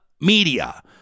Media